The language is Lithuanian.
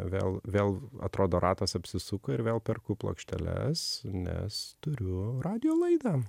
vėl vėl atrodo ratas apsisuko ir vėl perku plokšteles nes turiu radijo laidą